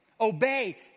Obey